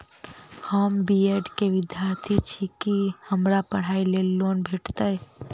हम B Ed केँ विद्यार्थी छी, की हमरा पढ़ाई लेल लोन भेटतय?